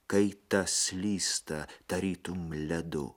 kaita slysta tarytum ledu